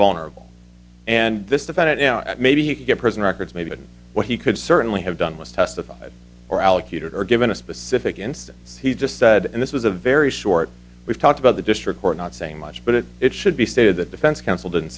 vulnerable and this defendant now maybe you could get prison records maybe but what he could certainly have done was testified or allocute or given a specific instance he just said and this was a very short we've talked about the district court not saying much but it it should be stated that defense counsel didn't